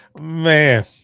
Man